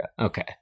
Okay